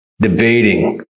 debating